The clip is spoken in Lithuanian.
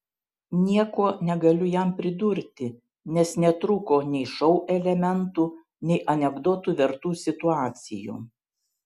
nieko negaliu jam pridurti nes netrūko nei šou elementų nei anekdotų vertų situacijų